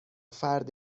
فرد